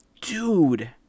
Dude